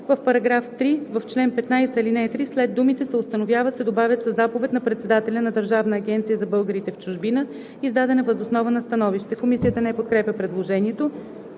„В § 3, в чл. 15, ал. 3 след думите „се установява“ се добавят „със заповед на председателя на Държавна агенция за българите в чужбина, издадена въз основа на становище“.“ Комисията не подкрепя предложението.